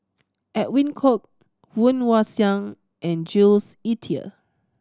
Edwin Koek Woon Wah Siang and Jules Itier